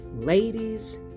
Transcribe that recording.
Ladies